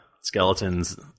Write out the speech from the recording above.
skeletons